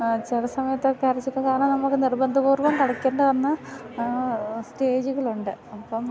ചില സമയത്തൊക്കെ കാരണം നമുക്ക് നിർബന്ധപൂർവം കളിക്കേണ്ടി വന്ന സ്റ്റേജ്കളുണ്ട് അപ്പം